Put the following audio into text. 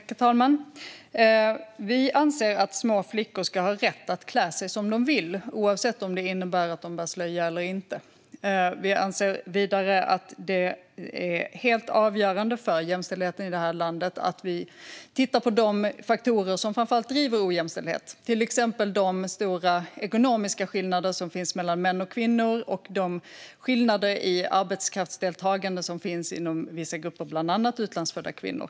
Herr talman! Vi anser att små flickor ska ha rätt att klä sig som de vill, oavsett om det innebär att de bär slöja eller inte. Vi anser vidare att det är helt avgörande för jämställdheten i det här landet att vi tittar på de faktorer som framför allt driver ojämställdhet, till exempel de stora ekonomiska skillnader som finns mellan män och kvinnor och de skillnader i arbetskraftsdeltagande som finns inom vissa grupper, bland annat utlandsfödda kvinnor.